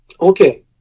okay